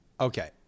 Okay